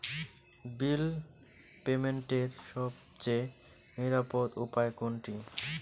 বিল পেমেন্টের সবচেয়ে নিরাপদ উপায় কোনটি?